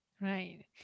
Right